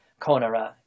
Konara